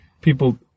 people